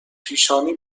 پیشانی